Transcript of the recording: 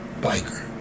Biker